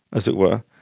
as it were,